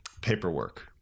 paperwork